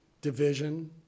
division